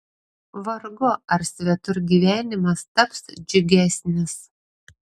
vargu ar svetur gyvenimas taps džiugesnis